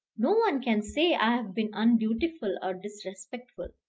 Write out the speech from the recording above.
no one can say i have been undutiful or disrespectful.